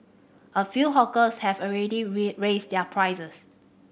a few hawkers have already raised their prices